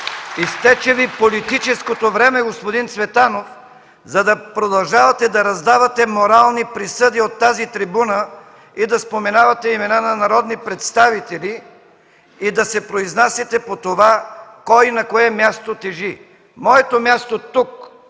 Изтече Ви политическото време, господин Цветанов, за да продължавате да раздавате морални присъди от тази трибуна, да споменавате имена на народни представители и да се произнасяте по това кой на кое място тежи. Моето място тук